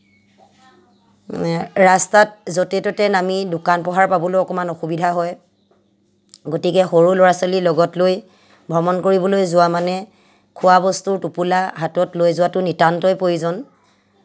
ৰাস্তাত য'তে ত'তে নামি দোকান পোহাৰ পাবলৈও অকণমান অসুবিধা হয় গতিকে সৰু ল'ৰা ছোৱালী লগত লৈ ভ্ৰমণ কৰিবলৈ যোৱা মানে খোৱাবস্তুৰ টোপোলা হাতত লৈ যোৱাটো নিতান্তই প্ৰয়োজন